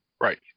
right